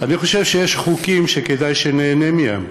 אני חושב שיש חוקים שכדאי שניהנה מהם.